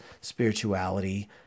spirituality